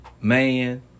Man